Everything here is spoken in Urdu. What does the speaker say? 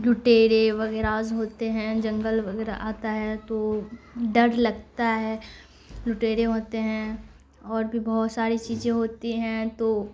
لوٹیرے وغیراز ہوتے ہیں جنگل وغیرہ آتا ہے تو ڈر لگتا ہے لوٹیرے ہوتے ہیں اور بھی بہت ساری چیزیں ہوتی ہیں تو